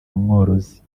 umworozi